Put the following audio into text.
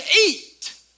eat